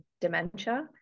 dementia